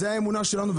זה האמונה שלנו,